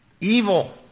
evil